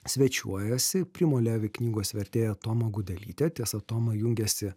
svečiuojuosi primo levi knygos vertėja toma gudelytė tiesa toma jungiasi